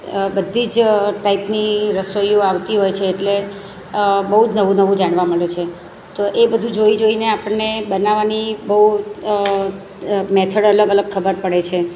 બધી જ ટાઈપની રસોઈઓ આવતી હોય છે એટલે બહુ જ નવું નવું જાણવા મળે છે તો એ બધું જોઈ જોઈને આપણને બનાવાની બહુ મેથડ અલગ અલગ ખબર પડે છે